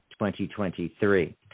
2023